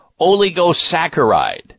oligosaccharide